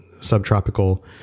subtropical